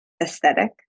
Aesthetic